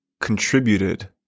contributed